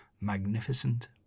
magnificent